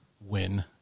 win